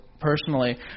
personally